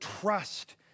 trust